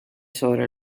sobre